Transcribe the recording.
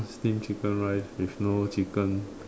steam chicken rice with no chicken